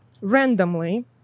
randomly